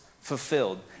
fulfilled